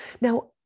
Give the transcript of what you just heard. Now